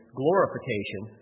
glorification